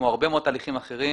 כמו הרבה מאוד תהליכים אחרים,